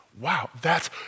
wow—that's